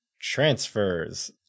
transfers